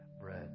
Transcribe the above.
bread